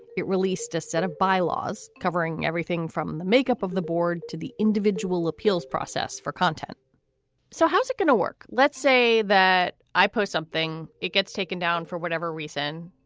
it released a set of bylaws covering everything from the makeup of the board to the individual appeals process for content so how is it going to work? let's say that i post something. it gets taken down for whatever reason.